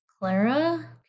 Clara